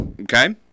Okay